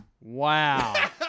Wow